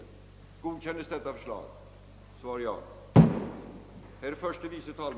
Ordet lämnades härefter på begäran till